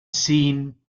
scene